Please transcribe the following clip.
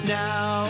now